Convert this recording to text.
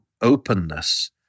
openness